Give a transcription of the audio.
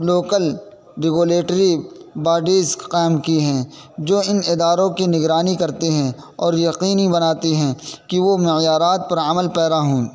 local regulatory bodies قائم کی ہیں جو ان اداروں کی نگرانی کرتے ہیں اور یقینی بناتے ہیں کہ وہ معیارات پر عمل پیرا ہوں